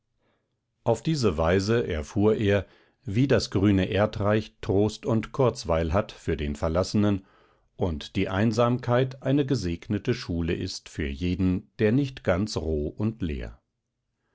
auf diese weise erfuhr er wie das grüne erdreich trost und kurzweil hat für den verlassenen und die einsamkeit eine gesegnete schule ist für jeden der nicht ganz roh und leer